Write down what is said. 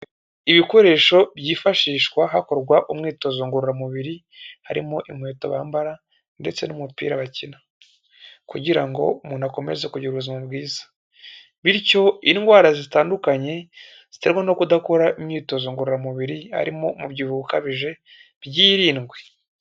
Ibikoresho byifashishwa hakorwa umwitozo ngororamubiri harimo inkweto bambara ndetse n'umupira bakina kugira ngo umuntu akomeze kugira ubuzima bwiza bityo indwara zitandukanye ziterwa no kudakora imyitozo ngororamubiri harimo umubyibuho ukabije byirindwe.